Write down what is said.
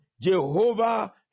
Jehovah